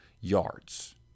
yards